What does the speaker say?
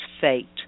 fate